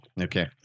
Okay